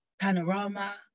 Panorama